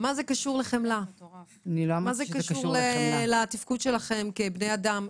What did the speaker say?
זה קשור לחמלה או לתפקוד שלכם כבני אדם?